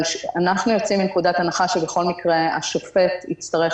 אבל אנחנו יוצאים מנקודת הנחה שבכלך מקרה השופט יצטרך